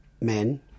men